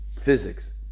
Physics